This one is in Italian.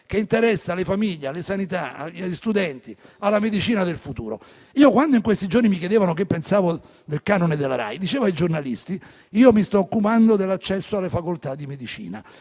che interessa le famiglie, la sanità, gli studenti e la medicina del futuro. Quando in questi giorni mi chiedevano che pensavo del canone della Rai, dicevo ai giornalisti che mi stavo occupando dell'accesso alle facoltà di medicina,